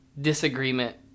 disagreement